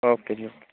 okay ji okay